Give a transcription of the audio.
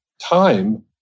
time